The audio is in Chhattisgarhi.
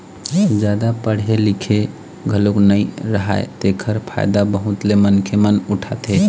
जादा पड़हे लिखे घलोक नइ राहय तेखर फायदा बहुत ले मनखे मन उठाथे